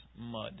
mud